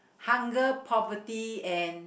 hunger property and